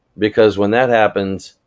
because when that happens,